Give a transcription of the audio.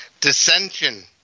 Dissension